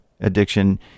Addiction